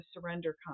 surrender